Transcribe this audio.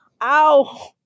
ow